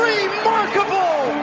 Remarkable